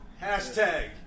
hashtag